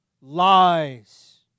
lies